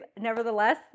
nevertheless